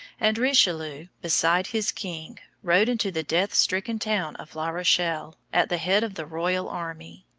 and richelieu, beside his king, rode into the death-stricken town of la rochelle at the head of the royal army.